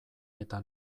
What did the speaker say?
eta